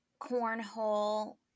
cornhole